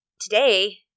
today